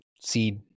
seed